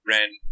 Ren